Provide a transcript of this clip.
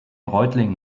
reutlingen